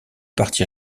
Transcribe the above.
parti